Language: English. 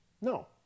No